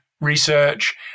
research